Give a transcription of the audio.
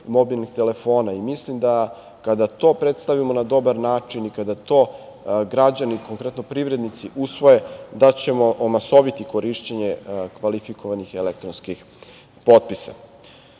mobilnih telefona. Mislim da kada to predstavimo na dobar način i kada to građani, konkretno privrednici usvoje, da ćemo omasoviti korišćenje kvalifikovanih elektronskih potpisa. Naš